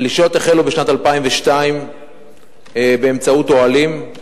הפלישות החלו בשנת 2002 באמצעות אוהלים.